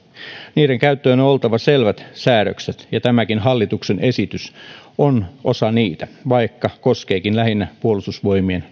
niiden käyttöön on oltava selvät säännökset ja tämäkin hallituksen esitys on osa niitä vaikka koskeekin lähinnä puolustusvoimien